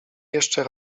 jeszcze